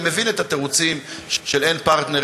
אני מבין את התירוצים של אין פרטנר,